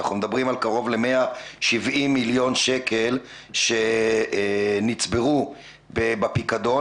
אנחנו מדברים על קרוב ל-170 מיליון שקלים שנצברו בפיקדון.